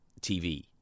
TV